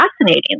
fascinating